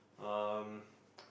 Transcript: um